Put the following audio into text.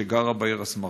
שגרה בעיר אסמרה.